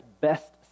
best